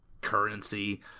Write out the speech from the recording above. currency